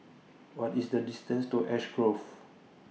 What IS The distance to Ash Grove